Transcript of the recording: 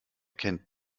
kennt